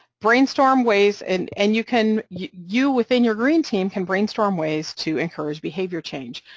brainstorm ways and and you can, you within your green team, can brainstorm ways to encourage behavior change.